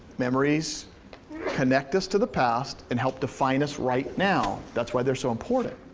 memories connect us to the past and help define us right now. that's why they're so important.